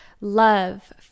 love